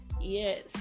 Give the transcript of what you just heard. yes